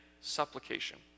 supplication